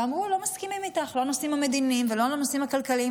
ואמרו לי: לא מסכימים איתך לא בנושאים המדיניים ולא בנושאים הכלכליים,